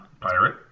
Pirate